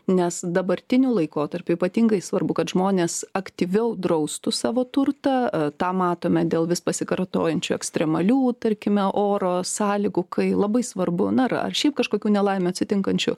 nes dabartiniu laikotarpiu ypatingai svarbu kad žmonės aktyviau draustų savo turtą tą matome dėl vis pasikartojančių ekstremalių tarkime oro sąlygų kai labai svarbu na ar šiaip kažkokių nelaimių atsitinkančių